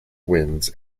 wins